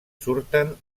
surten